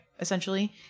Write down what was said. essentially